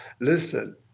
Listen